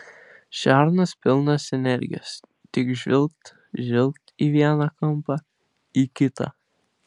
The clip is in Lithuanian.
šernas pilnas energijos tik žvilgt žvilgt į vieną kampą į kitą